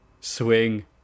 swing